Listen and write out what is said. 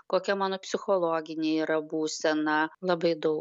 kokia mano psichologinė yra būsena labai daug